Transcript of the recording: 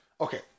Okay